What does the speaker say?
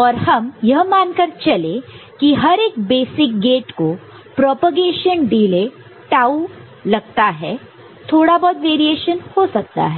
और हम यह मानकर चलें की हर एक बेसिक गेट को प्रोपेगेशन डिले टाऊ है थोड़ा बहुत वेरिएशन हो सकता है